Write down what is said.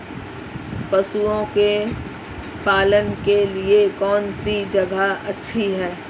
पशुओं के पालन के लिए कौनसी जगह अच्छी है?